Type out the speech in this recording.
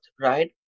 right